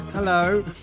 Hello